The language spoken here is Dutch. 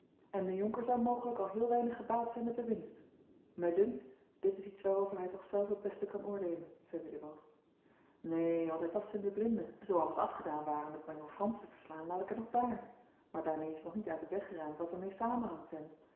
en de jonker zou mogelijk al heel weinig gebaat zijn met de winst mij dunkt dit is iets waarover hij toch zelf het best kan oordeelen zei willibald neen want hij tast in den blinde zoo alles afgedaan ware met majoor frans te verslaan laat ik het nog daar maar daarmee is nog niet uit den weg geruimd wat er mee samenhangt en